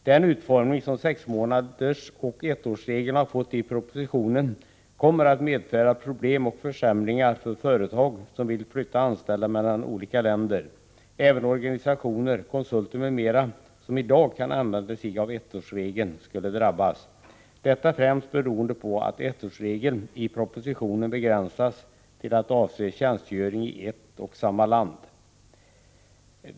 Den utformning som sexmånadersoch ettårsregeln har fått i propositionen kommer emellertid att medföra problem och försämringar för företag som vill flytta anställda mellan olika länder. Även organisationer och konsulter m.fl. som i dag kan använda ettårsregeln skulle drabbas, detta främst beroende på att ettårsregeln i propositionen begränsas till att avse tjänstgöring i ett och samma land.